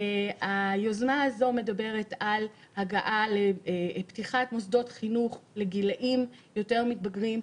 היוזמה הזאת מדברת על פתיחת מוסדות חינוך לגילאים יותר מתבגרים,